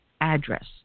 address